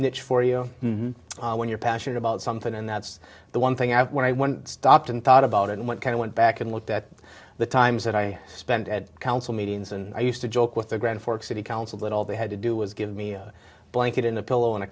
niche for you when you're passionate about something and that's the one thing out when i one stopped and thought about it and what kind of went back and looked at the times that i spent at council meetings and i used to joke with the grand forks city council that all they had to do was give me a blanket in the